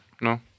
No